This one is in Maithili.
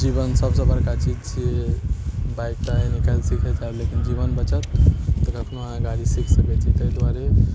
जीवन सबसँ बड़का चीज छिए बाइक तऽ आइ नहि काल्हि सिखिए जाएब लेकिन जीवन बचत तऽ कखनो अहाँ गाड़ी सीखि सकै छी ताहि दुआरे